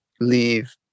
leave